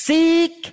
Seek